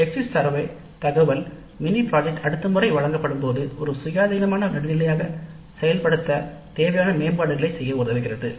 exit survey data mini திட்டத்தை அடுத்த முறை வழங்கும்போது ஒரு சுயாதீனமான பாடமாக செயல்படுத்த தேவையான மேம்பாடுகளை செய்ய உதவுகிறது